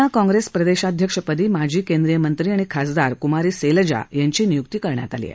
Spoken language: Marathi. हरयाणा काँग्रेस प्रदेशाध्यक्ष पदी माजी केन्द्रीय मंत्री आणि खासदार कुमारी सैलजा यांची नियुक्ती करण्यात आली आहे